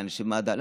לאנשי מד"א,